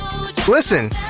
Listen